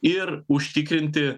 ir užtikrinti